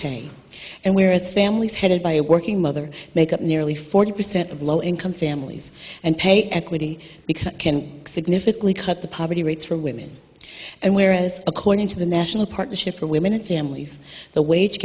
pay and where as families headed by a working mother make up nearly forty percent of low income families and pay equity because can significantly cut the poverty rates for women and whereas according to the national partnership for women and families the wage